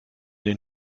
den